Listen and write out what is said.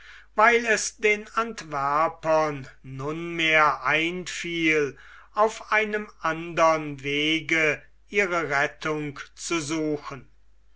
weil es den antwerpern nunmehr einfiel auf einem andern wege ihre rettung zu suchen